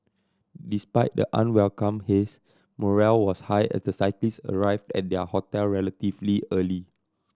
despite the unwelcome haze morale was high as the cyclist arrived at their hotel relatively early